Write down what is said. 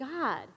God